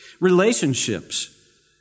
Relationships